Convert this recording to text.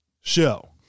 show